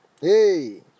hey